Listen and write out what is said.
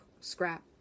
scrap